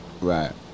Right